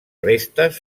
restes